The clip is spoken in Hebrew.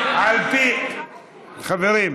חברים,